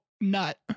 nut